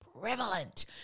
prevalent